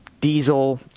diesel